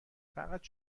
فقط